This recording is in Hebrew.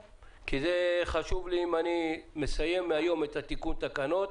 זה חשוב לי כדי לדעת אם אני מסיים היום את תיקון התקנות